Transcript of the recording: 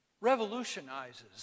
revolutionizes